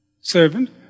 servant